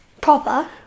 Proper